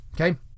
okay